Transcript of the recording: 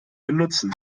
benutzen